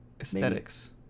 Aesthetics